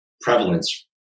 prevalence